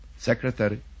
Secretary